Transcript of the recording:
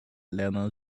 lenna